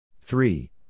three